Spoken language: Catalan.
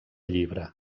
llibre